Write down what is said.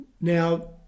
Now